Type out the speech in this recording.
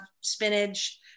spinach